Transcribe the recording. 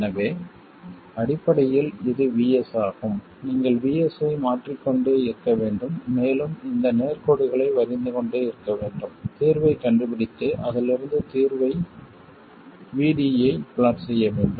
எனவே அடிப்படையில் இது VS ஆகும் நீங்கள் VS ஐ மாற்றிக்கொண்டே இருக்க வேண்டும் மேலும் இந்த நேர்கோடுகளை வரைந்து கொண்டே இருக்க வேண்டும் தீர்வைக் கண்டுபிடித்து அதிலிருந்து தீர்வு VDயைத் பிளாட் செய்ய வேண்டும்